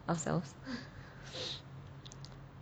ourselves